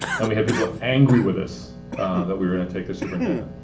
and we had people angry with us that we were gonna take the superintendent.